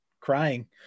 crying